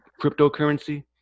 cryptocurrency